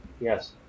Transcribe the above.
Yes